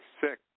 sick